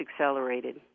accelerated